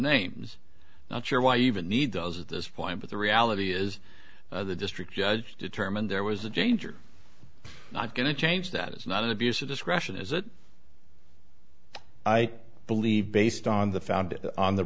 names not sure why even need those at this point but the reality is the district judge determined there was a danger not going to change that is not an abuse of discretion is it i believe based on the found on the